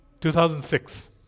2006